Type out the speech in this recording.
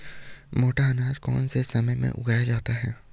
मोटा अनाज कौन से समय में उगाया जाता है?